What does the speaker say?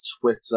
Twitter